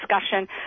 discussion